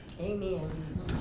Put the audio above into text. Amen